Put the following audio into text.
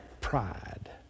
pride